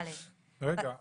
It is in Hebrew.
הסעיף הזה,